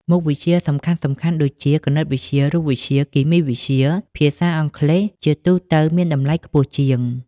មុខវិជ្ជាសំខាន់ៗដូចជា គណិតវិទ្យា រូបវិទ្យា គីមីវិទ្យា ភាសាអង់គ្លេស ជាទូទៅមានតម្លៃខ្ពស់ជាង។